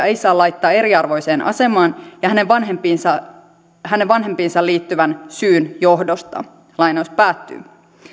ei saa laittaa eriarvoiseen asemaan hänen vanhempiinsa hänen vanhempiinsa liittyvän syyn johdosta